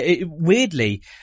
weirdly